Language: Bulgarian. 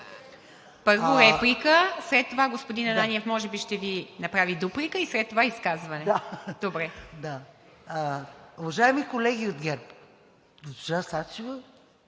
Първо реплика, след това господин Ананиев може би ще Ви направи дуплика и след това изказване. МИКА ЗАЙКОВА: Уважаеми колеги от ГЕРБ, госпожо Сачева,